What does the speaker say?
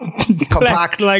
compact